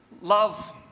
love